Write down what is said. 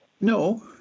No